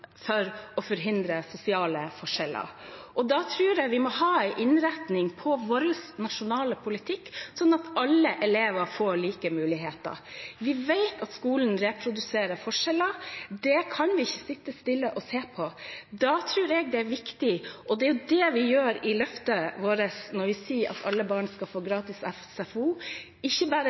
for å forhindre sosiale forskjeller. Da tror jeg vi må ha en innretning på vår nasjonale politikk som gjør at alle elever får like muligheter. Vi vet at skolen reproduserer forskjeller. Det kan vi ikke sitte stille og se på, og da tror jeg det er viktig det vi gjør i løftet vårt, når vi sier at alle barn skal få gratis SFO. Ikke bare